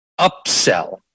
upsell